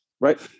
right